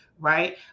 right